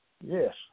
Yes